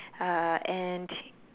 uh and